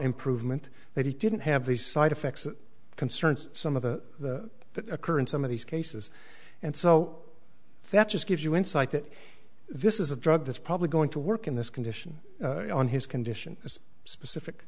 improvement that he didn't have these side effects that concerns some of the that occur in some of these cases and so that just gives you insight that this is a drug that's probably going to work in this condition on his condition this specific